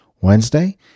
Wednesday